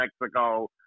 Mexico